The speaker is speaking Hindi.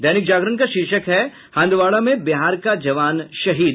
दैनिक जागरण का शीर्षक है हंदवाड़ा में बिहार का जवान शहीद